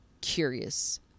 curious